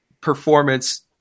performance